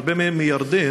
הרבה מהם מירדן,